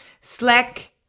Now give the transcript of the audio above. Slack